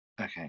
okay